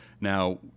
Now